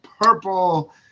purple